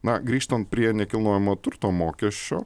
na grįžtant prie nekilnojamojo turto mokesčio